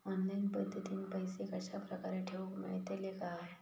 Online पद्धतीन पैसे कश्या प्रकारे ठेऊक मेळतले काय?